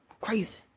Crazy